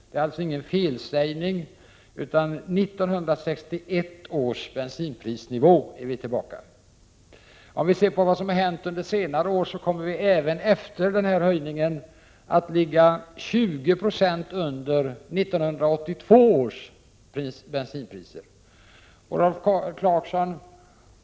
Om vi ser på vad som har hänt under senare år, kan jag konstatera att bensinpriset även efter denna höjning kommer att ligga 20 70 under 1982 års bensinpris.